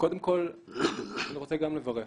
קודם כל אני רוצה לברך,